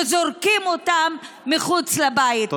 וזורקים אותן מחוץ לבית.